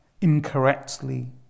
incorrectly